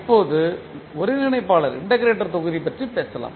இப்போது ஒருங்கிணைப்பாளர் தொகுதி பற்றி பேசலாம்